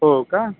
हो का